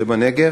שבנגב,